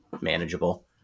manageable